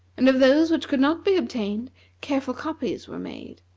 and of those which could not be obtained careful copies were made.